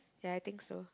ya I think so